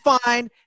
fine